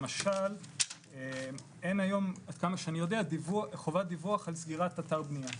למשל עד כמה שאני יודע אין היום חובת דיווח על סגירת אתר בנייה.